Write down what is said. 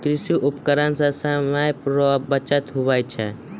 कृषि उपकरण से समय रो बचत हुवै छै